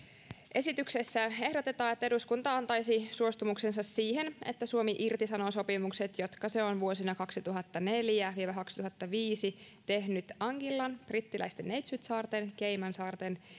esityksessä ehdotetaan että eduskunta antaisi suostumuksensa siihen että suomi irtisanoo sopimukset jotka se on vuosina kaksituhattaneljä viiva kaksituhattaviisi tehnyt anquillan brittiläisten neitsytsaarten caymansaarten